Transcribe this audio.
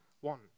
one